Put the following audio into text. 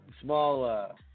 small